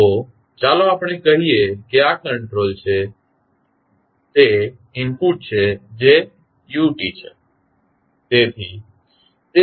તો ચાલો આપણે કહીએ કે આ કંટ્રોલ છે તે ઇનપુટ છે જે u t છે